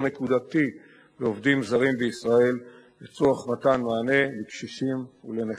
העובדים הזרים שהיו רשומים בישראל בענף הסיעוד ביוני